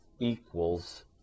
equals